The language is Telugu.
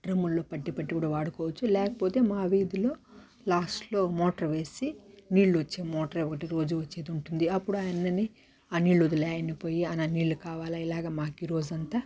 డ్రమ్ముల్లో పట్టి పెట్టుకొని వాడుకోవచ్చు లేకపోతే మా వీధిలో లాస్ట్లో మోటర్ వేసి నీళ్ళు వచ్చే మోటరే ఒకటి రోజు వచ్చేది ఉంటుంది అప్పుడు ఆ ఆయన్ని ఆ నీళ్ళు వదిలే ఆయనను పోయి అన్న నీళ్ళు కావాలా ఇలాగా మాకు ఈ రోజంతా